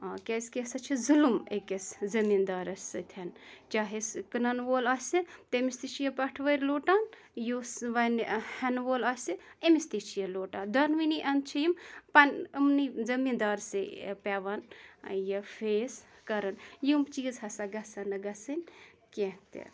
آ کیٛازِ کہِ یہِ ہسا چھُ ظُلم أکِس زٔمیٖن دارَس سۭتۍ چاہے سُہ کٕنَن وول آسہِ تٔمِس تہِ چھُ یہِ پَٹھوٲرۍ لوٗٹان یُس وۅنۍ ہیٚنہٕ وول آسہِ أمِس تہِ چھِ یہِ لوٗٹان دۅنوٕنی اَنٛدٕ چھِ یِم پنہٕ أمنٕے زٔمیٖن دارسٕے پیٚوان یہِ فیس کرُن یِم چیٖز ہسا گژھَن نہٕ گژھٕنۍ کیٚنٛہہ تہِ